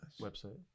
website